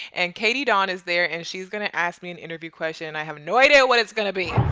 and katie don is there and she's going to ask me an interview question. i have no idea what it's gonna be.